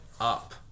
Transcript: up